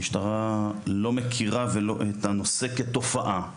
המשטרה לא מכירה את הנושא כתופעה.